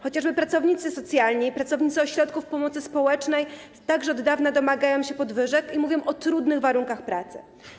Chociażby pracownicy socjalni i pracownicy ośrodków pomocy społecznej także od dawna domagają się podwyżek i mówią o trudnych warunkach pracy.